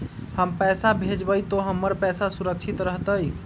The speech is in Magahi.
हम पैसा भेजबई तो हमर पैसा सुरक्षित रहतई?